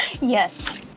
Yes